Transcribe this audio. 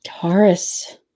Taurus